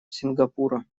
сингапура